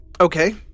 Okay